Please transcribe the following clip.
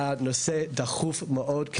הנושא דחוף מאוד.